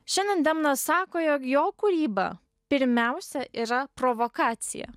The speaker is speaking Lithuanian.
šiandien demna sako jog jo kūryba pirmiausia yra provokacija